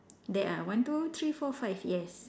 there are one two three four five yes